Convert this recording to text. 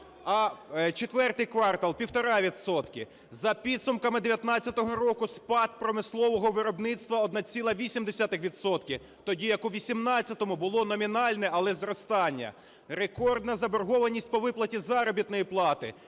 а четвертий квартал – 1,5 відсотка. За підсумками 2019 року спад промислового виробництва – 1,8 відсотка. Тоді як у 18-му було номінальне, але зростання. Рекордна заборгованість по виплаті заробітної плати